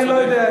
אני לא יודע.